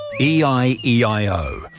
E-I-E-I-O